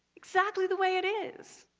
exactly the way it is.